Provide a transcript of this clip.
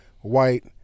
white